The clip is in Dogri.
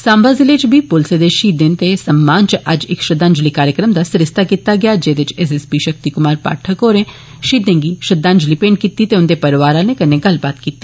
साम्बा जिले च बी पुलसै दे शहीदें से सम्मान च अजज इक श्रद्दांजलि कार्यक्रम दा सरिस्ता कीता गेआ जेदे च S S P Shakti Kumar Pathak होरें शहीदें गी श्रद्धांजलि मेंट कीती ते उन्दे परिवार आले कन्नै गल्लबात कीती